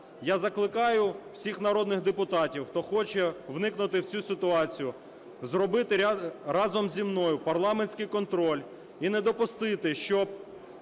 Я закликаю всіх народних депутатів, хто хоче вникнути в цю ситуацію, зробити разом зі мною парламентський контроль і не допустити, щоб